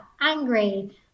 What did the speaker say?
angry